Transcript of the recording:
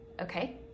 okay